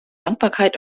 dankbarkeit